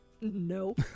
No